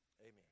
amen